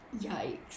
Yikes